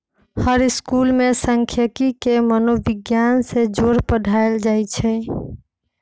हर school में सांखियिकी के मनोविग्यान से जोड़ पढ़ायल जाई छई